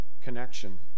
connection